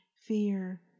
fear